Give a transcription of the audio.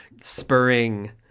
spurring